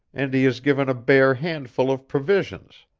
and he is given a bare handful of provisions.